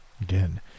Again